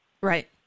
Right